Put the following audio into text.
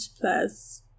plus